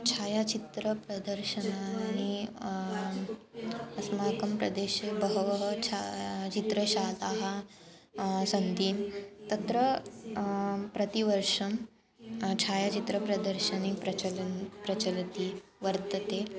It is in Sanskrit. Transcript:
छायाचित्रप्रदर्शनानि अस्माकं प्रदेशे बह्वयः छा चित्रशालाः सन्ति तत्र प्रतिवर्षं छायाचित्रप्रदर्शनं प्रचलति प्रचलति वर्तते